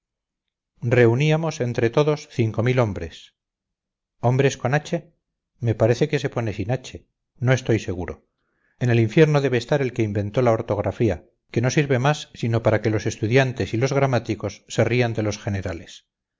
reuníamos entre todos hombres hombres con h me parece que se pone sinh no estoy seguro en el infierno debe estar el que inventó la otografía que no sirve más sino para que los estudiantes y los gramáticos se rían de los generales